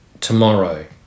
tomorrow